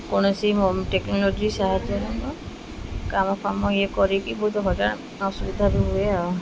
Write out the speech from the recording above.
କୌଣସି ଟେକ୍ନୋଲୋଜି ସାହାଯ୍ୟରେ କାମ ଫାମ ଇଏ କରିକି ବହୁତ ହଇରାଣ ଅସୁବିଧା ବି ହୁଏ ଆଉ